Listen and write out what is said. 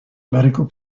medical